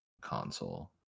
console